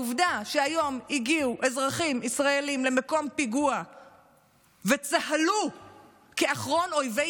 העובדה שהיום הגיעו אזרחים ישראלים למקום פיגוע וצהלו כאחרון אויבי